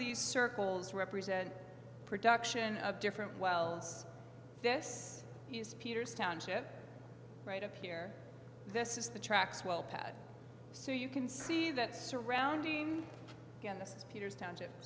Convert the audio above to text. these circles represent production of different wells this is peter's township right up here this is the tracks well pad so you can see that surrounding peter's township